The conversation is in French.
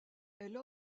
elle